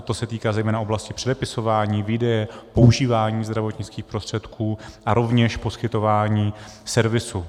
To se týká zejména oblasti předepisování, výdeje, používání zdravotnických prostředků a rovněž poskytování servisu.